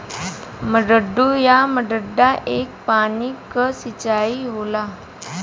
मड्डू या मड्डा एक पानी क सिंचाई होला